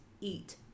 eat